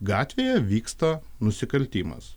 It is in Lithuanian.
gatvėje vyksta nusikaltimas